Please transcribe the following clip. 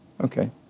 Okay